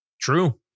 true